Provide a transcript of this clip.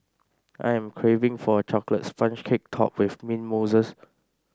I am craving for a chocolate sponge cake topped with mint mousse